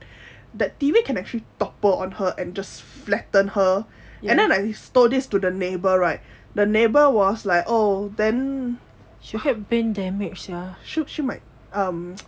that T_V can actually topple on her and flatten her and then I told this like to the neighbour right the neighbour was like oh then she might um